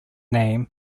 name